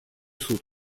суд